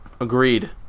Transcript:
agreed